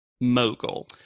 mogul